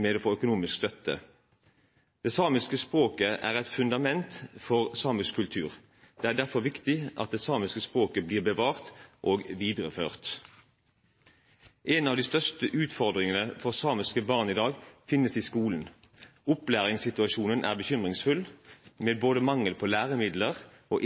med å få økonomisk støtte. Det samiske språket er et fundament for samisk kultur. Det er derfor viktig at det samiske språket blir bevart og videreført. En av de største utfordringene for samiske barn i dag finnes i skolen. Opplæringssituasjonen er bekymringsfull, med både mangel på læremidler på